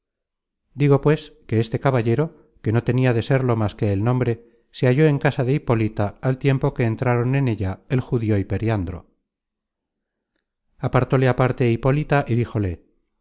digo pues que este caballero que no tenia de serlo más que el nombre se halló en casa de hipólita al tiempo que entraron en ella el judío y periandro apartóle aparte hipólita y díjole